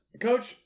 Coach